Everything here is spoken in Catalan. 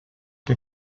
que